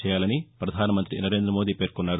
చేయాలని ప్రధాన మంతి నరేంద మోదీ పేర్కొన్నారు